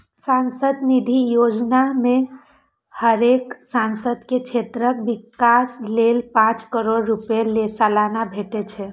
सांसद निधि योजना मे हरेक सांसद के क्षेत्रक विकास लेल पांच करोड़ रुपैया सलाना भेटे छै